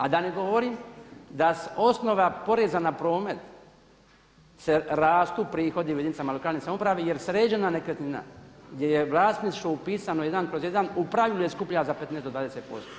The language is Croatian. A da ne govorim da s osnova poreza na promet rastu prihodi u jedinicama lokalne samouprave, jer sređena nekretnina gdje je vlasništvo upisano 1/1 u pravilu je skuplja za 15 do 20%